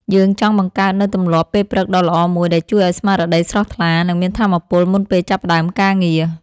យើងចង់បង្កើតនូវទម្លាប់ពេលព្រឹកដ៏ល្អមួយដែលជួយឱ្យស្មារតីស្រស់ថ្លា និងមានថាមពលមុនពេលចាប់ផ្ដើមការងារ។